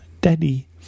daddy